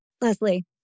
Leslie